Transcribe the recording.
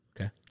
okay